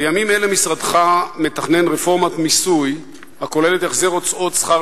בימים אלה משרדך מתכנן רפורמת מיסוי הכוללת החזר הוצאות שכר